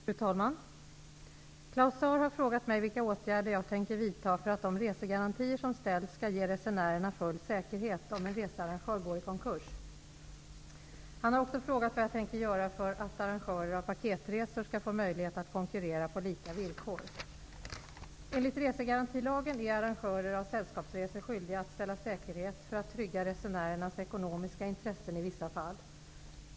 Fru talman! Claus Zaar har frågat mig vilka åtgärder jag tänker vidta för att de resegarantier som ställs skall ge resenärerna full säkerhet om en researrangör går i konkurs. Han har också frågat vad jag tänker göra för att arrangörer av paketresor skall få möjlighet att konkurrera på lika villkor. ''sällskapsresor'' skyldiga att ställa säkerhet för att trygga resenärernas ekonomiska intressen i vissa fall.